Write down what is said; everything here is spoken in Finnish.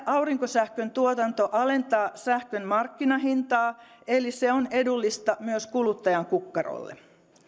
aurinkosähkön tuotanto alentaa sähkön markkinahintaa eli se on edullista myös kuluttajan kukkarolle